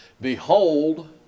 behold